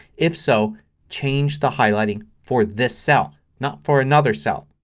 if so change the highlighting for this cell. not for another cell.